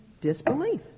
Disbelief